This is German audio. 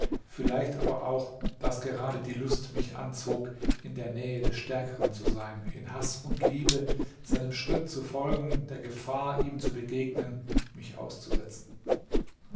vielleicht aber auch daß gerade die lust mich anzog in der nähe des stärkeren zu sein in haß und liebe seinem schritt zu folgen der gefahr ihm zu begegnen mich auszusetzen